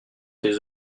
tes